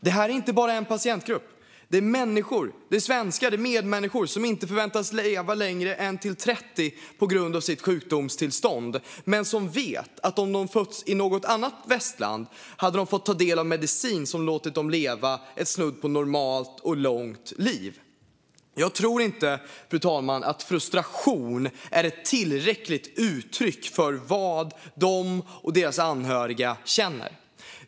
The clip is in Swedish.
Det är inte bara en patientgrupp - det är människor, svenskar, medmänniskor som inte förväntas leva längre än till 30 på grund av sitt sjukdomstillstånd men som vet att de, om de fötts i något annat västland, hade fått ta del av en medicin som låtit dem leva ett snudd på normalt och långt liv. Jag tror inte, fru talman, att frustration är ett tillräckligt uttryck för vad de och deras anhöriga känner.